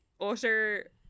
utter